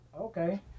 okay